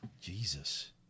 Jesus